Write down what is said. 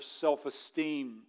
self-esteem